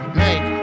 make